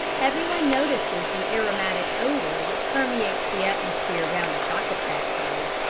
everyone notices the aromatic odour which permeates the atmosphere round a chocolate factory.